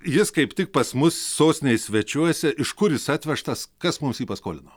jis kaip tik pas mus sostinėj svečiuojasi iš kur jis atvežtas kas mums jį paskolino